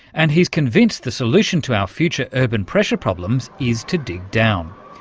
and he's convinced the solution to our future urban pressure problems is to dig down.